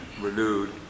renewed